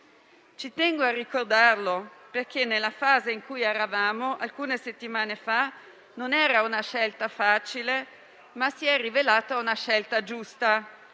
Tengo a ricordarlo perché, nella fase in cui eravamo alcune settimane fa, non era una scelta facile, ma si è rivelata giusta.